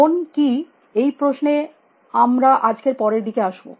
মনটি কী এই প্রশ্নে আমরা আজকে পরের দিকে আসব